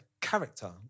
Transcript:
character